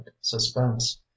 suspense